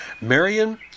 Marion